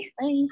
bye